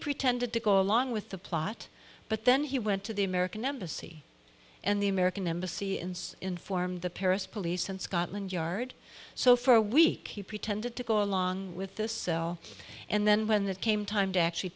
pretended to go along with the plot but then he went to the american embassy and the american embassy in inform the paris police in scotland yard so for a week he pretended to go along with this cell and then when it came time to actually